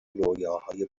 رویاهای